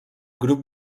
grup